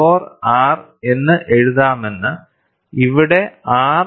4 R എന്ന് എഴുതാമെന്ന് ഇവിടെ R സ്ട്രെസ് റേഷ്യോ ആണ്